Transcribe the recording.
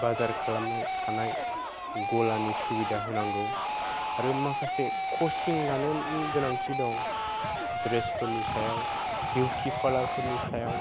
बाजार खालामनो हानाय गलानि सुबिदा होनांगौ आरो माखासे कचिं लानायनि गोनांथि दं द्रेसफोरनि सायाव बिउटि पारलारफोरनि सायाव